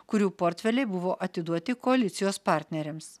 kurių portfeliai buvo atiduoti koalicijos partneriams